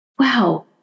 wow